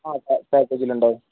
അ ആ പാക്കേജിലുണ്ട്